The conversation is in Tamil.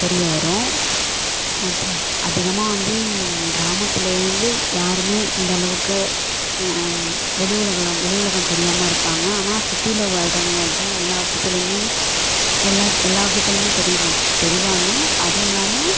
தெரிய வரும் அப்போ அதிகமாக வந்து கிராமத்திலேருந்து யாருமே இந்த அளவுக்கு வெளி உலகம்லாம் வெளி உலகம் தெரியாமல் இருப்பாங்க ஆனால் சிட்டியில் வாழ்றவுங்கதான் எல்லா விஷயத்துலேயுமே எல்லா எல்லா விஷயத்துலேயுமே தெரிவும் தெரிவாங்க அதுவும் இல்லாமல்